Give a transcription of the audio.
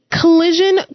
Collision